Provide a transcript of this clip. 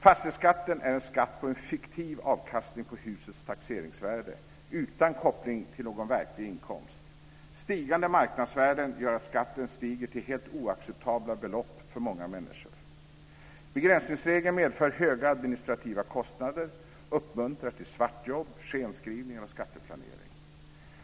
Fastighetsskatten är en skatt på en fiktiv avkastning på husets taxeringsvärde utan koppling till någon verklig inkomst. Stigande marknadsvärden gör att skatten stiger till helt oacceptabla belopp för många människor. Begränsningsregeln medför höga administrativa kostnader och uppmuntrar till svartjobb, skenskrivningar och skatteplanering.